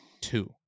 Two